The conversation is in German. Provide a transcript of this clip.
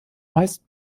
meist